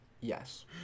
Yes